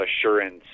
assurance